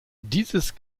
dieses